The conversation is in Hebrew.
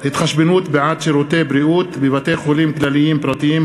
בעד שירותי בריאות בבתי-חולים כלליים פרטיים),